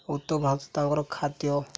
ଉତ୍ତର ଭାରତ ତାଙ୍କର ଖାଦ୍ୟ